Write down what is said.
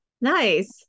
Nice